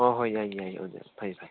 ꯍꯣꯏ ꯍꯣꯏ ꯌꯥꯏ ꯌꯥꯏ ꯑꯣꯖꯥ ꯐꯩ ꯐꯩ